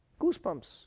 Goosebumps